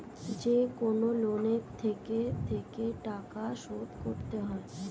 যেকনো লোনে থেকে থেকে টাকা শোধ করতে হয়